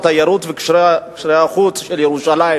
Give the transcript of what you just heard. התיירות וקשרי החוץ של ירושלים?